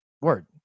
Word